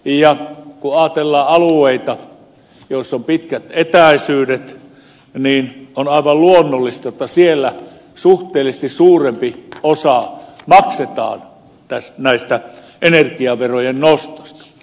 ja kun ajatellaan alueita joissa on pitkät etäisyydet on aivan luonnollista että siellä suhteellisesti suurempi osa maksetaan tästä energiaverojen nostosta